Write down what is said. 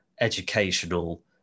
educational